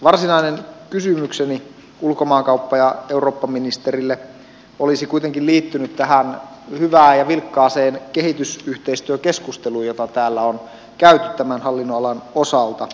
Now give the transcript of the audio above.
varsinainen kysymykseni ulkomaankauppa ja eurooppaministerille olisi kuitenkin liittynyt tähän hyvään ja vilkkaaseen kehitysyhteistyökeskusteluun jota täällä on käyty tämän hallinnonalan osalta